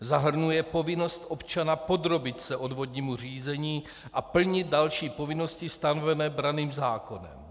Zahrnuje povinnost občana podrobit se odvodnímu řízení a plnit další povinnosti stanové branným zákonem.